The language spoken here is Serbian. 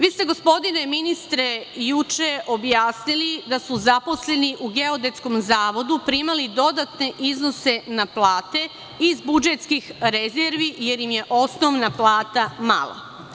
Vi ste, gospodine ministre, juče objasnili da su zaposleni u Geodetskom zavodu primali dodatne iznose na plate iz budžetskih rezervi, jer im je osnovna plata mala.